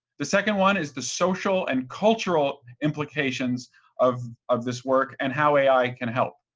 the second one is the social and cultural implications of of this work, and how ai can help